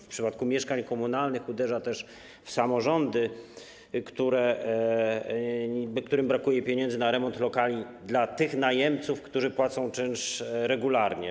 W przypadku mieszkań komunalnych uderza też w samorządy, którym brakuje pieniędzy na remont lokali dla tych najemców, którzy płacą czynsz regularnie.